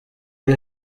ari